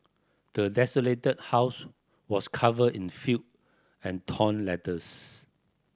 the desolated house was covered in filth and torn letters